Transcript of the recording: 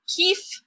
Keith